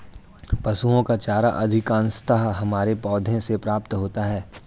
पशुओं का चारा अधिकांशतः हरे पौधों से प्राप्त होता है